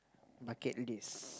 bucket list